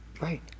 Right